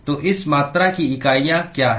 तो इस मात्रा की इकाइयाँ क्या हैं